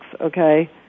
okay